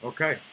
Okay